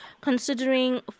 considering